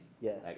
Yes